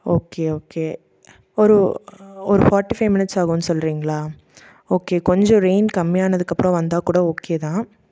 okay okay ஒரு ஒரு forty five minutes ஆகுன்னு சொல்கிறீங்களா ஓகே கொஞ்சம் ரெயின் கம்மியானதுக்கு அப்புறம் வந்தால்கூட ஓகே தான்